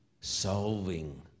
solving